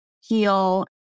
heal